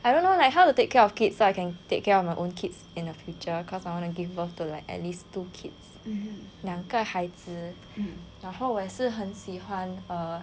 I want to learn like how to take care of kids so I can take care of my own kids in the future cause I wanna give birth to like at least two kids 两个孩子然后我也是很喜欢 err